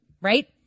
right